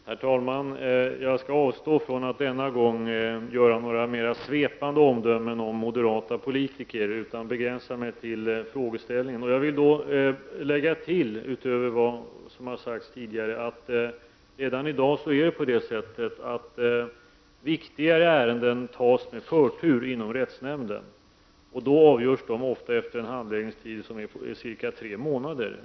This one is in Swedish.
Herr talman! Jag skall denna gång avstå från att komma med några mer svepande omdömen om moderata politiker och begränsa mig till frågeställningen. Jag vill då lägga till utöver vad som har sagts tidigare att det redan i dag är på det sättet att viktigare ärenden tas med förtur inom rättsnämnden. De avgörs då efter en handläggningstid på cirka tre månader.